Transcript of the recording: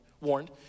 warned